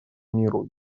миру